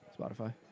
Spotify